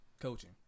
coaching